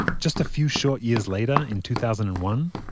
just a few short years later, in two thousand and one,